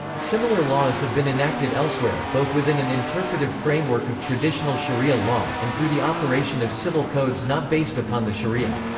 similar laws have been enacted elsewhere, both within an interpretive framework of traditional shari'ah law, and through the operation of civil codes not based upon the shari'ah.